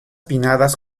pinnadas